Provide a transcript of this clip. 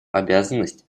обязанность